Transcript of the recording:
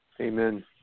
Amen